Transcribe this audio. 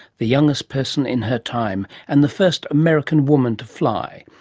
the youngest person in her time and the first american woman to fly.